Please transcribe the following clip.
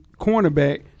cornerback